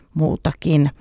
muutakin